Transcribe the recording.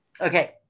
Okay